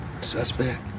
Suspect